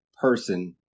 person